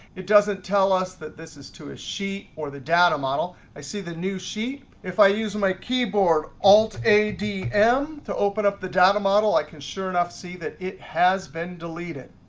it doesn't tell us that this is to a sheet or the data model. i see the new sheet. if i use my keyboard, alt, a, d, m, to open up the data model, i can sure enough see that it has been deleted.